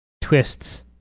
twists